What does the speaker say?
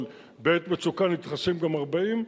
אבל בעת מצוקה נדחסים גם 40,